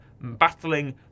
battling